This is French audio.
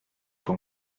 pour